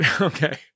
Okay